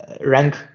rank